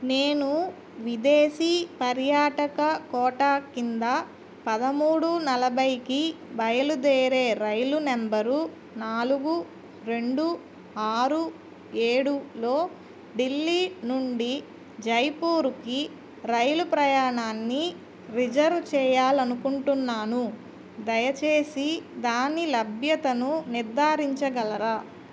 నేను విదేశీ పర్యాటక కోటా కింద పదమూడు నలభైకి బయలుదేరే రైలు నెంబరు నాలుగు రెండు ఆరు ఏడులో ఢిల్లీ నుండి జైపూర్కి రైలు ప్రయాణాన్ని రిజర్వ్ చేయాలి అనుకుంటున్నాను దయచేసి దాని లభ్యతను నిర్ధారించగలరా